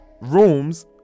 rooms